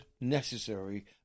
necessary